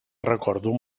recordo